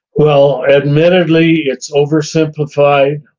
well, admittedly, it's oversimplified,